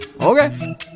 Okay